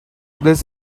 this